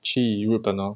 去日本 lor